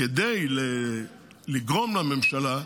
כדי לגרום לממשלה,